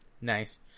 Nice